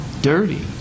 dirty